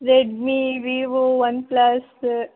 Redmi Vivo one plus